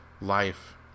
life